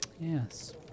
Yes